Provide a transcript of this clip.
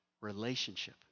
relationship